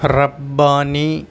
ربانی